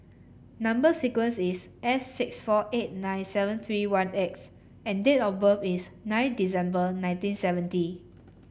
number sequence is S six four eight nine seven three one X and date of birth is nine December nineteen seventy